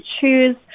choose